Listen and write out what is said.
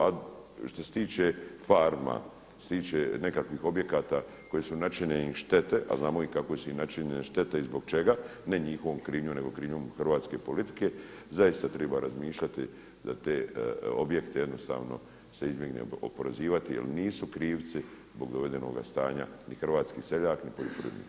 A što se tiče farma, što se tiče nekakvih objekata kojim su načinjene štete, a znamo i kako su im načinjene štete i zbog čega, ne njihovom krivnjom nego krivnjom hrvatske politike, zaista treba razmišljati da te objekte jednostavno se izbjegne oporezivati jer nisu krivci zbog dovedenoga stanja ni hrvatski seljak ni poljoprivrednik.